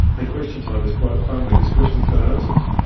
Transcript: and question time was quite fun because questions got answers.